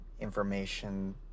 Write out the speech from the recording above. information